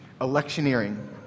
electioneering